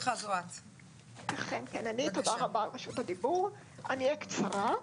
תודה רבה על רשות הדיבור, אני אהיה קצרה.